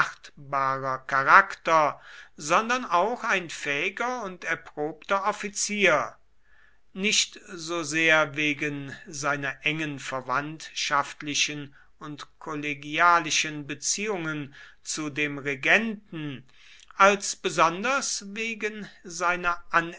charakter sondern auch ein fähiger und erprobter offizier nicht so sehr wegen seiner engen verwandtschaftlichen und kollegialischen beziehungen zu dem regenten als besonders wegen seiner